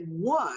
one